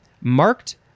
marked